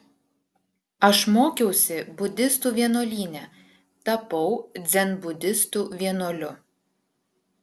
aš mokiausi budistų vienuolyne tapau dzenbudistų vienuoliu